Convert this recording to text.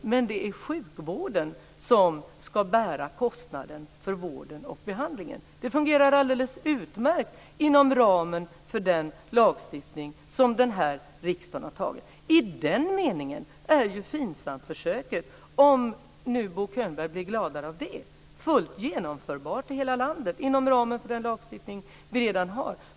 Men det är sjukvården som ska bära kostnaden för vården och behandlingen. Det fungerar alldeles utmärkt inom ramen för den lagstiftning som den här riksdagen har fattat beslut om. I den meningen är ju FINSAM-försöket, om nu Bö Könberg blir gladare av det, fullt genomförbart i hela landet inom ramen för den lagstiftning som vi redan har.